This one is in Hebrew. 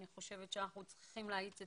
אני איתך יד ביד ובעזרת השם אנחנו נפתור את זה.